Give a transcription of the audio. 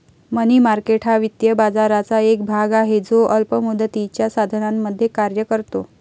मनी market हा वित्तीय बाजाराचा एक भाग आहे जो अल्प मुदतीच्या साधनांमध्ये कार्य करतो